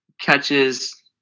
catches